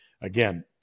again